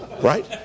Right